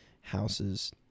houses